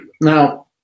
Now